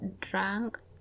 drunk